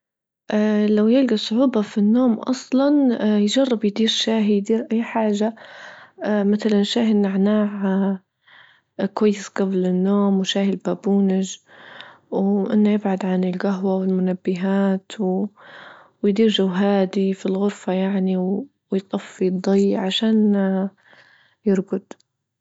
اه لو يلجى صعوبة في النوم أصلا اه يجرب يدير شاهي يدير أي حاجة اه مثلا شاهي النعناع اه كويس جبل النوم وشاهي البابونج وأنه يبعد عن الجهوة والمنبهات ويدير جو هادي في الغرفة يعني ويطفي الضي عشان يرجد.